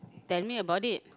tell me about it